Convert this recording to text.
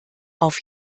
auf